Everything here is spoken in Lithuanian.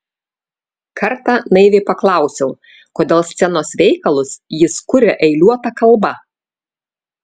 kartą naiviai paklausiau kodėl scenos veikalus jis kuria eiliuota kalba